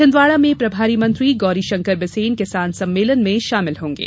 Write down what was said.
छिंदवाड़ा में प्रभारी मंत्री गौरीशंकर बिसेन किसान सम्मेलन में शामिल होंगे